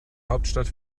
hauptstadt